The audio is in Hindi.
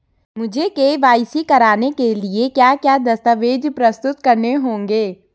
मुझे के.वाई.सी कराने के लिए क्या क्या दस्तावेज़ प्रस्तुत करने होंगे?